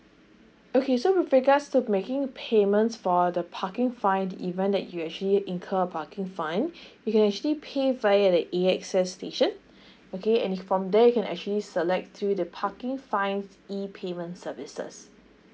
okay so with regards to making payments for the parking fine the event that you actually incur a parking fine you can actually pay via the A S X station okay and from there you can actually select through the parking fine e payment services